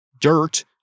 dirt